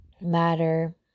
Matter